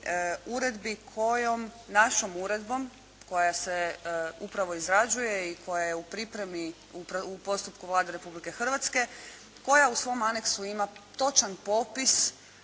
uredbi kojom, našom uredbom koja se upravo izrađuje i koja je u pripremi u postupku Vlade Republike Hrvatske, koja u svom aneksu ima točan popis